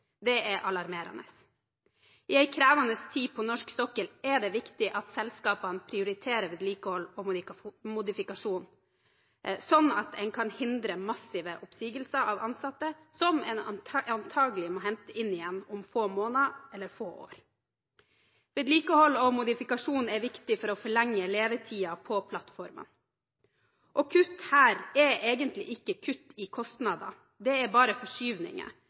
Det er alarmerende. I en krevende tid på norsk sokkel er det viktig at selskapene prioriterer vedlikehold på modifikasjon, sånn at en kan hindre massive oppsigelser av ansatte som en antagelig må hente inn igjen om få måneder eller få år. Vedlikehold og modifikasjon er viktig for å forlenge levetiden på plattformen. Kutt her er egentlig ikke kutt i kostnader, det er bare forskyvninger,